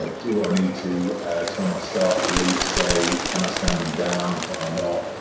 ah do i need to tell my stuff to leave today? can i stand them down, can i not?